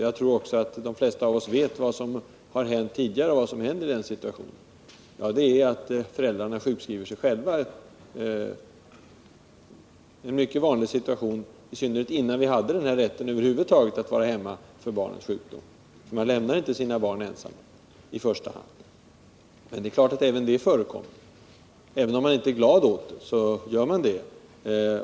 Jag tror också att de flesta av oss vet vad som har hänt tidigare och vad som händer i den situationen. Det är att föräldrarna sjukskriver sig själva — en mycket vanlig åtgärd innan vi hade rätt att vara hemma för barns sjukdom. Man lämnar inte sina barn ensamma i första taget, men det är klart att även det förekommer. Även om man inte är glad åt det så gör man det.